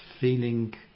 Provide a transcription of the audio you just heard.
feeling